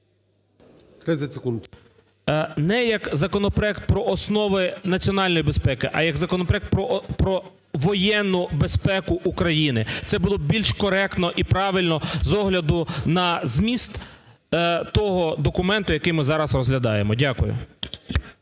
…не як законопроект про основи національної безпеки, а як законопроект про воєнну безпеку України. Це було б більш коректно і правильно з огляду на зміст того документу, який ми зараз розглядаємо. Дякую.